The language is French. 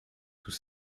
tout